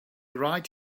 right